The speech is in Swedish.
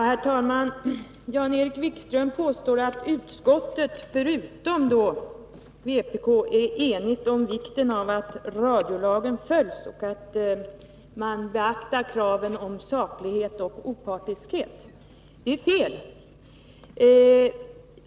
Herr talman! Jan-Erik Wikström påstår att vpk inte är enigt med utskottet om vikten av att radiolagen följs och att kravet på saklighet och opartiskhet beaktas. Det är fel.